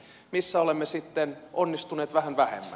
missä olemme sitten onnistuneet vähän vähemmän